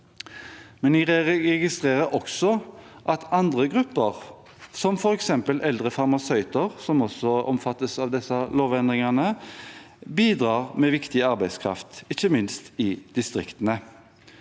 Vi registrerer også at andre grupper, som f.eks. eldre farmasøyter, som også omfattes av disse lovendringene, bidrar med viktig arbeidskraft, ikke minst i distriktene.